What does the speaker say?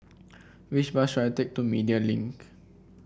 which bus should I take to Media Link